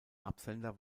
absender